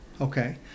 okay